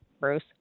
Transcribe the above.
Bruce